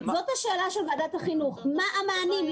השאלה של ועדת החינוך היא מה המענים,